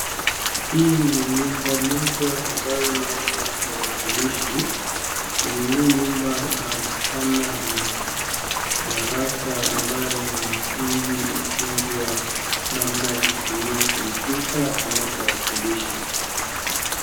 Hii ni nyumba moja ambayo naona tarakilishi. Kwenye hii nyumba inaonekana ni darasa ambayo wanafunzi hufunzwa namna ya kutumia kompyuta ama tarakilishi.